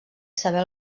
saber